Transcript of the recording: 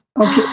Okay